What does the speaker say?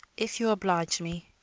if you oblige me.